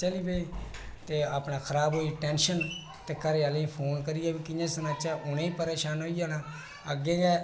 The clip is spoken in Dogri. चली पे ते अपने खराब कोई टेंशन नेईं घरे आहले गी फोन करियै कि'यां सनाचे उ'नें बी परेशान होई जाना अग्गै गे